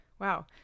wow